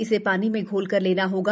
इसे शानी में घोल कर लेना होगा